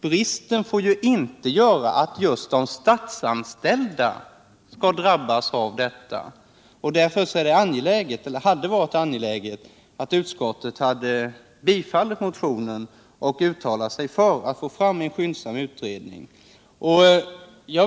Bristen får inte göra att just de statsanställda skall drabbas. Därför är det angeläget, eller hade varit det, att utskottet hade tillstyrkt motionen och uttalat sig för en skyndsam utredning.